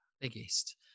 biggest